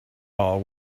all